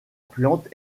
plante